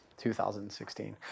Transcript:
2016